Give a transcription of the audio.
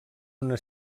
una